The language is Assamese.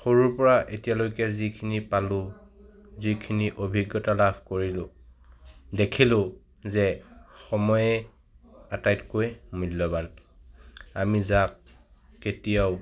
সৰুৰপৰা এতিয়ালৈকে যিখিনি পালো যিখিনি অভিজ্ঞতা লাভ কৰিলোঁ দেখিলোঁ যে সময়ে আটাইতকৈ মূল্যৱান আমি যাক কেতিয়াও